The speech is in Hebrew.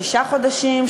שישה חודשים,